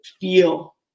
feel